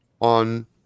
on